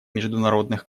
международных